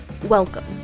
Welcome